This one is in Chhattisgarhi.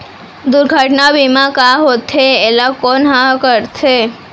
दुर्घटना बीमा का होथे, एला कोन ह करथे?